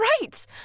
right